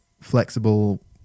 flexible